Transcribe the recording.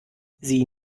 sie